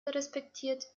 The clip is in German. respektiert